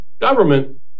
government